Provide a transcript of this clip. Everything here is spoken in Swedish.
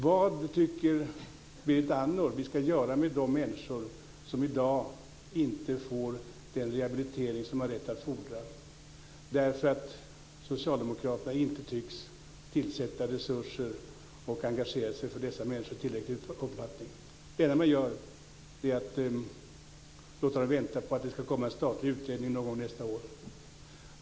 Vad tycker Berit Andnor att vi ska göra med de människor som i dag inte får den rehabilitering som de har rätt att fordra därför att socialdemokraterna inte tycks avsätta resurser och engagera sig för dessa människor tillräckligt? Det enda man gör är att låta dem vänta på att det ska komma en statlig utredning någon gång nästa år.